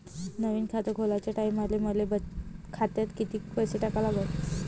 नवीन खात खोलाच्या टायमाले मले खात्यात कितीक पैसे टाका लागन?